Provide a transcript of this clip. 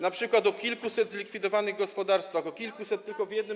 Na przykład o kilkuset zlikwidowanych gospodarstwach, o kilkuset tylko w jednym.